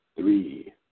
three